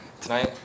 tonight